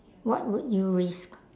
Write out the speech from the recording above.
what would you risk